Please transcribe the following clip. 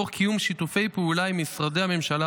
תוך קיום שיתופי פעולה עם משרדי הממשלה